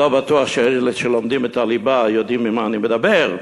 אני לא בטוח שאלה שלומדים את הליבה יודעים על מה אני מדבר,